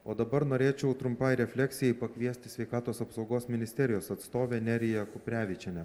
o dabar norėčiau trumpai refleksijai pakviesti sveikatos apsaugos ministerijos atstovę neriją kuprevičienę